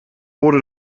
wurde